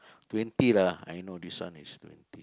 twenty lah I know this one is twenty